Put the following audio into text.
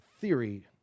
theory